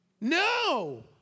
No